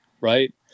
Right